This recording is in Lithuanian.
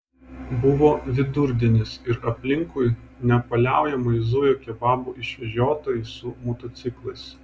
buvo vidurdienis ir aplinkui nepaliaujamai zujo kebabų išvežiotojai su motociklais